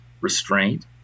restraint